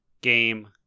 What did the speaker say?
game